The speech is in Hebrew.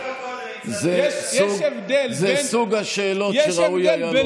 זה סוג השאלות שראוי היה שלא יישאלו.